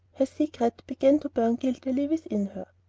her secret began to burn guiltily within her.